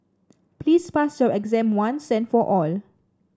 please pass your exam once and for all